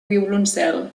violoncel